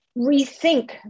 rethink